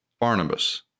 Barnabas